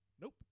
Nope